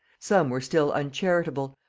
some were still uncharitable,